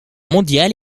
mondiale